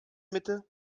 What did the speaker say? mitte